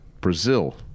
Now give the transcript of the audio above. Brazil